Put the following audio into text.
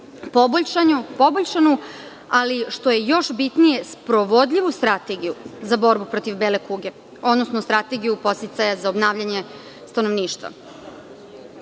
poboljšanu, ali što je još bitnije, sprovodljivu strategiju za borbu protiv bele kuge, odnosno strategiju podsticaja za obnavljanje stanovništva. Ova